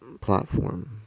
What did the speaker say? platform